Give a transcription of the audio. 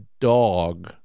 dog